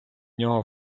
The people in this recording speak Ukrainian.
нього